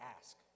ask